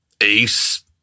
ace